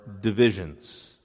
divisions